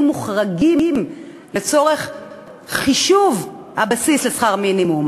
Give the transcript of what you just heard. מוחרגים לצורך חישוב הבסיס לשכר מינימום,